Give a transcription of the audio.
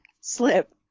slip